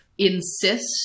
insist